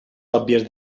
òbvies